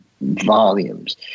volumes